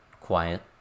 quiet